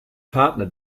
partner